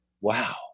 Wow